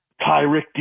tyrick